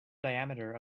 diameter